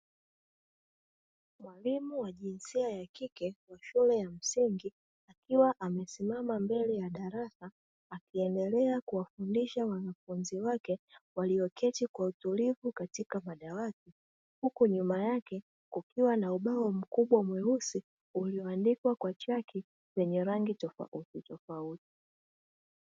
Mwalimu wa jinsia ya kike wa shule ya msingi akiwa amesimama mbele ya darasa akiendelea kuwafundisha wanafunzi wake walioketi kwa utulivu katika madawati, huku nyuma yake kukiwa na ubao mkubwa mweusi ulioandikwa kwa chaki yenye rangi tofauti tofauti.